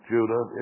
Judah